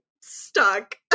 stuck